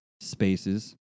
spaces